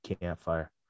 campfire